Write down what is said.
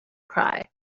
cry